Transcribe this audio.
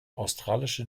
australische